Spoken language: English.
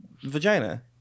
vagina